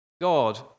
God